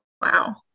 wow